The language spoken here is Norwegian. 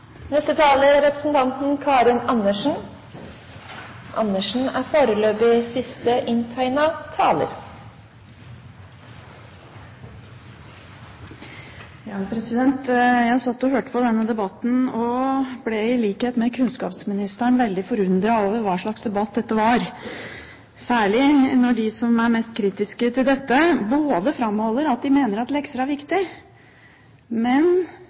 og hørt på denne debatten er jeg i likhet med kunnskapsministeren veldig forundret over hva slags debatt dette er, særlig når de som er mest kritisk til dette, framholder at de mener at lekser er viktig, men